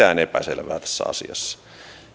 sanoi että tässä asiassa ei ole valtiosäännöllisesti mitään